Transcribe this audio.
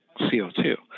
CO2